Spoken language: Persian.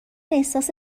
احساس